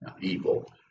evil